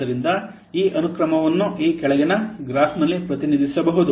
ಆದ್ದರಿಂದ ಈ ಅನುಕ್ರಮವನ್ನು ಈ ಕೆಳಗಿನ ಗ್ರಾಫ್ನಲ್ಲಿ ಪ್ರತಿನಿಧಿಸಬಹುದು